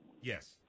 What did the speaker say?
Yes